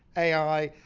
ai,